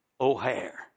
O'Hare